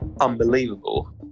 unbelievable